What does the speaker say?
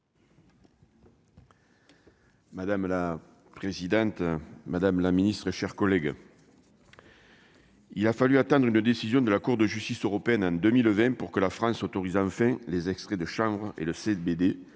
Madame la présidente, madame la Ministre, chers collègues. Il a fallu attendre une décision de la Cour de justice européenne hein 2020 pour que la France autorise en fait les extraits de chanvre et le CDD